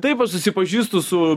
taip aš susipažįstu su